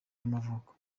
y’amavuko